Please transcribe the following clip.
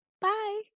Bye